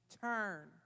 turn